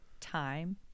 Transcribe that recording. time